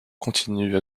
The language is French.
continue